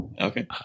okay